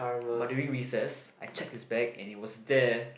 but during recess I checked his bag and it was there